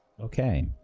Okay